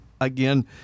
again